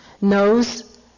knows